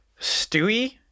Stewie